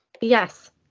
Yes